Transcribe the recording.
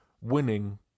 winning